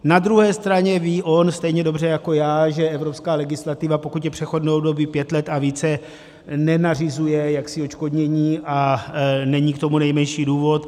Na druhé straně ví on stejně dobře jako já, že evropská legislativa, pokud je přechodné období pět let a více, nenařizuje jaksi odškodnění a není k tomu nejmenší důvod.